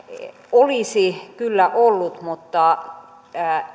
olisi kyllä ollut mutta